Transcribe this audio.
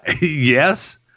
Yes